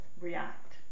react